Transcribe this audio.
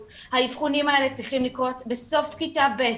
האבחונים האלה צריכים לקרות בסוף כיתה ב',